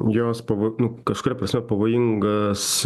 jos pav nu kažkuria prasme pavojingas